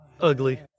ugly